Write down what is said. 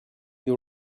you